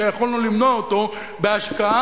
שיכולנו למנוע אותו בהשקעה,